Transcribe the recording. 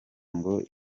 ngo